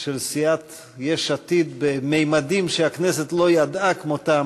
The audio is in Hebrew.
של סיעת יש עתיד בממדים שהכנסת לא ידעה כמותם,